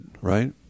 right